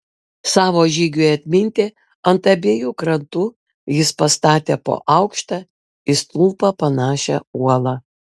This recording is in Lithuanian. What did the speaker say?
savo žygiui atminti ant abiejų krantų jis pastatė po aukštą į stulpą panašią uolą